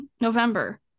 november